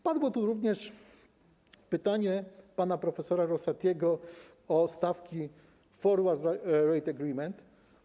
Padło tu również pytanie pana prof. Rosatiego o stawki forward rate agreement.